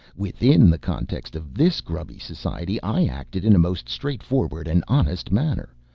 within the context of this grubby society i acted in a most straightforward and honest manner.